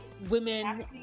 women